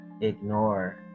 ignore